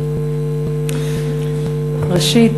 ראשית,